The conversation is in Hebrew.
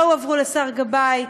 לא הועברו לשר גבאי,